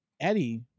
Eddie